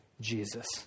Jesus